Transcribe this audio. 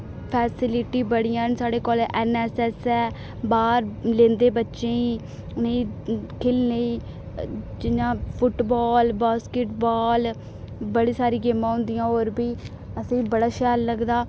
facility बड़ियां न साढ़े कालेज ऐन्नऐस्सऐस्स ऐ बाह्र लैंदे बच्चें ई उ'नें ई खेढने जि'यां फुटबाल बास्किटबाल बड़ी सारी गेमां होंदियां और बी असें ई बड़ा शैल लगदा